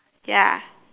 ya